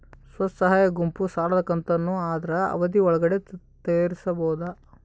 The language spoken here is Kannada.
ಸ್ವಸಹಾಯ ಗುಂಪು ಸಾಲದ ಕಂತನ್ನ ಆದ್ರ ಅವಧಿ ಒಳ್ಗಡೆ ತೇರಿಸಬೋದ?